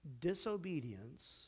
Disobedience